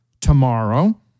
tomorrow